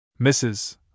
Mrs